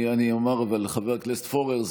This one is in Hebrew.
אני אומר לחבר הכנסת פורר.